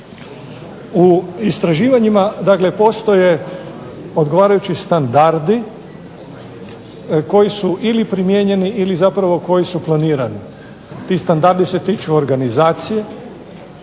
U istraživanjima dakle postoje odgovarajući standardi koji su ili primijenjeni ili zapravo koji su planirani. Ti standardi se tiču organizacije